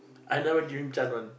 I never give him chance one